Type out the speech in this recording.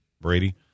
Brady